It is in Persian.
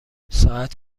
ساعت